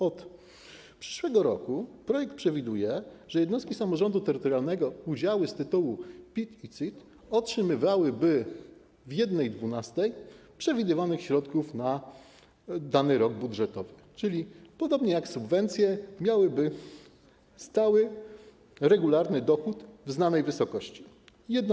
Od przyszłego roku projekt przewiduje, że jednostki samorządu terytorialnego udziały z tytułu PIT i CIT otrzymywałyby w 1/12 przewidywanych środków na dany rok budżetowy, czyli podobnie jak w przypadku subwencji miałyby stały regularny dochód w znanej wysokości - 1/12.